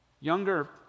Younger